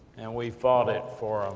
and we fought it for